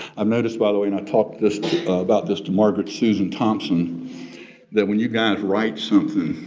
um noticed by the way and i talk this about this to margaret susan thompson that when you guys write something,